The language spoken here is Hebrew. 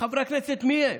חברי הכנסת, מי הם?